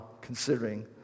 considering